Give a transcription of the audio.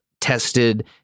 tested